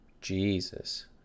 Jesus